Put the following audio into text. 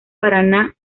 paraná